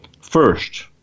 first